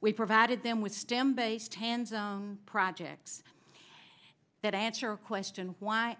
we provided them with stem based hands projects that answer a question why